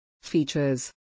Features